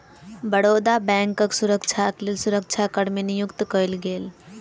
बड़ौदा बैंकक सुरक्षाक लेल सुरक्षा कर्मी नियुक्त कएल गेल